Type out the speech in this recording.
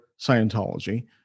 Scientology